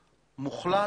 מוחלט,